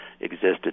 existed